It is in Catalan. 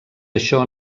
això